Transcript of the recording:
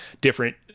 different